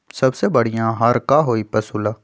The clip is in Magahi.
सबसे बढ़िया आहार का होई पशु ला?